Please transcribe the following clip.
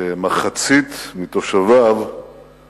שבשנת 1941 מחצית מתושביו היו יהודים.